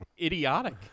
idiotic